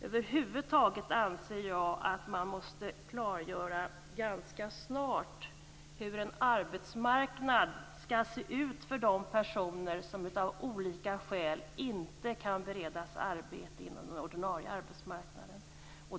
Över huvud taget anser jag att man ganska snart måste klargöra hur en arbetsmarknad skall se ut för de personer som av olika skäl inte kan beredas arbete inom den ordinarie arbetsmarknaden.